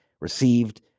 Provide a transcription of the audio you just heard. received